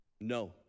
No